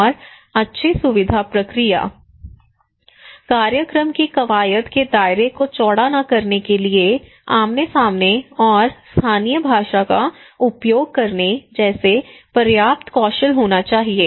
और अच्छी सुविधा प्रक्रिया कार्यक्रम की कवायद के दायरे को चौड़ा न करने के लिए आमने सामने और स्थानीय भाषा का उपयोग करने जैसा पर्याप्त कौशल होना चाहिए